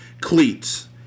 Cleats